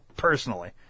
personally